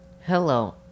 Hello